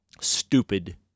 stupid